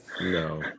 No